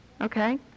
okay